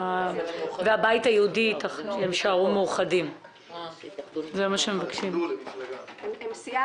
הישיבה ננעלה בשעה